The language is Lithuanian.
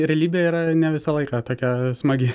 realybė yra ne visą laiką tokia smagi